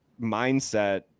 mindset